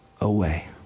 away